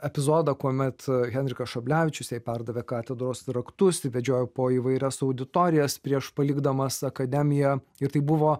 epizodą kuomet henrikas šablevičius jai pardavė katedros raktus vedžiojo po įvairias auditorijas prieš palikdamas akademiją ir tai buvo